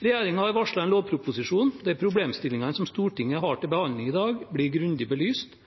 Regjeringen har varslet en lovproposisjon der problemstillingene som Stortinget har til behandling i dag, blir grundig belyst.